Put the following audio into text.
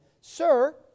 Sir